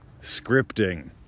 scripting